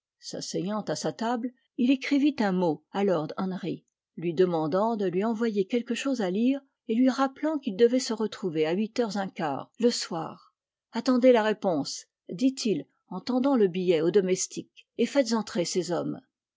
s'asseyant à sa table il écrivit un mot à lord henry lui demandant de lui envoyer quelque chose à lire et lui rappelant qu'ils devaient se retrouver à huit heures un quart le soir attendez la réponse dit-il en tendant le billet au domestique et faites entrer ces hommes